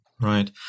Right